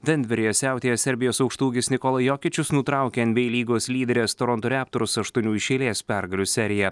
denveryje siautėjęs serbijos aukštaūgis nikolui jokyčius nutraukė nba lygos lyderės toronto reptors aštuonių iš eilės pergalių seriją